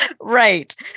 Right